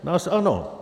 Nás ano.